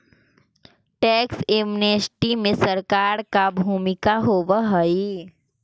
tax amnesty में सरकार के का भूमिका होव हई